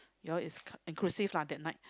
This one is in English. you all is inclusive lah that night